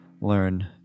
learn